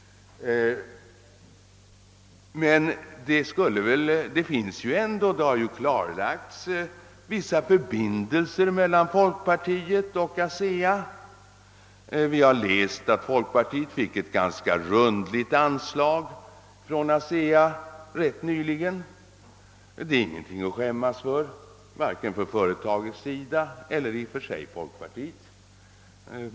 Men det har ju klarlagts att det finns vissa förbindelser mellan folkpartiet och ASEA. Vi har läst att folkpartiet fick ett ganska rundligt anslag från ASEA rätt nyligen. Det är ingenting att skämmas för, varken från företagets sida eller i och för sig från folkpartiets.